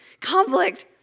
Conflict